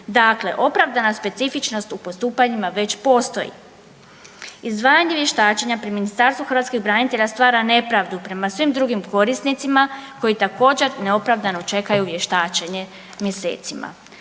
Dakle, opravdana specifičnost u postupanjima već postoji. Izdvajanje vještačenja pri Ministarstvu hrvatskih branitelja stvara nepravdu prema svim drugim korisnicima koji također neopravdano čekaju vještačenje mjesecima.